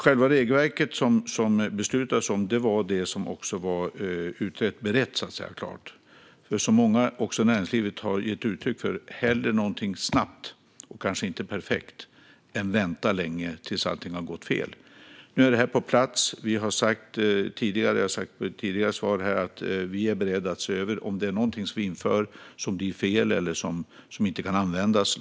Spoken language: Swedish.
Själva regelverket, som det beslutades om, var också det som var berett och klart. Många, även näringslivet, har gett uttryck för att man hellre vill ha någonting snabbt och kanske inte perfekt än att vänta länge, tills allting har gått fel. Nu är det här på plats. Jag har också sagt i tidigare svar här att vi är beredda på att se över regelverken om någonting som införs blir fel eller inte kan användas.